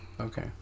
Okay